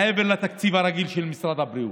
מעבר לתקציב הרגיל של משרד הבריאות,